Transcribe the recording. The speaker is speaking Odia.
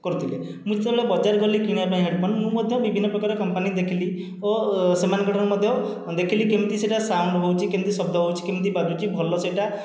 କରୁଥିଲେ ମୁଁ ଯେତେବେଳେ ବଜାର ଗଲି କିଣିବା ପାଇଁ ହେଡ଼୍ଫୋନ ମୁଁ ମଧ୍ୟ ବିଭିନ୍ନ ପ୍ରକାର କମ୍ପାନୀ ଦେଖିଲି ଓ ସେମାନଙ୍କଠୁ ମଧ୍ୟ ଦେଖିଲି କେମିତି ସେଟା ସାଉଣ୍ଡ ହେଉଛି କେମିତି ଶବ୍ଦ ହେଉଛି କେମିତି ବାଜୁଛି ଭଲ ସେଟା